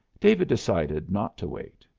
david decided not to wait.